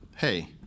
hey